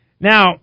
Now